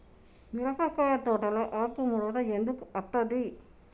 మిరపకాయ తోటలో ఆకు ముడత ఎందుకు అత్తది?